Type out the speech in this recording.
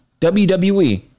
WWE